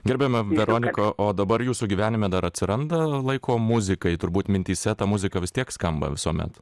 gerbiama veronika o dabar jūsų gyvenime dar atsiranda laiko muzikai turbūt mintyse ta muzika vis tiek skamba visuomet